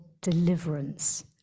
deliverance